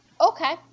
okay